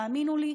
תאמינו לי,